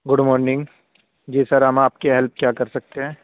good morning جی sir ہم آپ کی ہیلپ کیا کر سکتے ہیں